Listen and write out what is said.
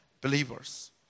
believers